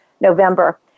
November